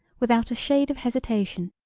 without a shade of hesitation,